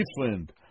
different